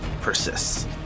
persists